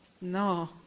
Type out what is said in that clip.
No